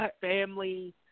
family